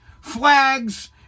flags